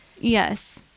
Yes